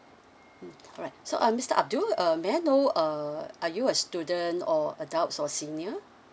mm alright so um mister abdul err may I know uh are you a student or adult or senior